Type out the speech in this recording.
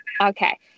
Okay